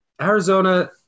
Arizona –